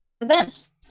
events